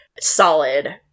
solid